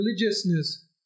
religiousness